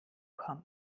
kommt